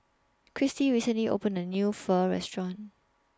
Christy recently opened A New Pho Restaurant